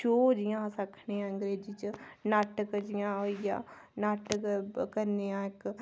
show जि'यां अस आखने आं अग्रेजीं च नाटक जि'यां होई गेआ नाटक करने आं इक